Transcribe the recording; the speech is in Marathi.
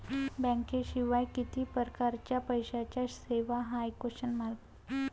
बँकेशिवाय किती परकारच्या पैशांच्या सेवा हाय?